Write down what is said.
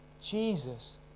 Jesus